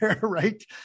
right